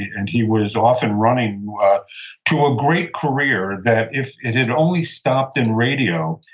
and he was off and running to a great career that, if it had only stopped in radio,